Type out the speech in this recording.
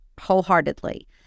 wholeheartedly